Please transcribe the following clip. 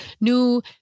new